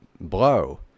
blow